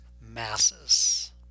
masses